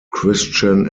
christian